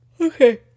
Okay